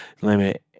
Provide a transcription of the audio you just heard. limit